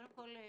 קודם כול,